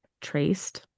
traced